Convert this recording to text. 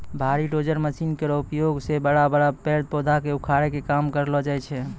भारी dozer machine केरो उपयोग सें बड़ा बड़ा पेड़ पौधा क उखाड़े के काम करलो जाय छै